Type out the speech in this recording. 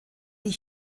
die